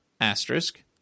asterisk